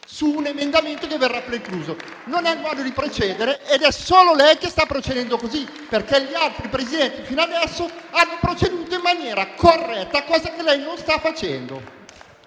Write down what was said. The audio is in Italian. su un emendamento che verrà precluso. Non è un modo di procedere ed è solo lei che sta procedendo così, perché gli altri Presidenti fino adesso hanno proceduto in maniera corretta, cosa che lei non sta facendo.